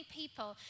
people